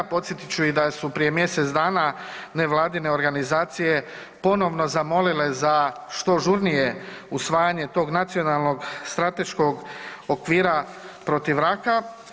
Podsjetit ću i da su prije mjesec dana nevladine organizacije ponovno zamolile za što žurnije usvajanje tog Nacionalnog strateškog okvira protiv raka.